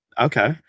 okay